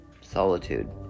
solitude